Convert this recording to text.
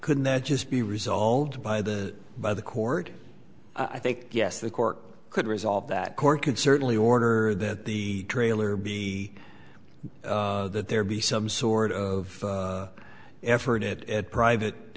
couldn't that just be resolved by the by the court i think yes the court could resolve that court can certainly order that the trailer be that there be some sort of effort at private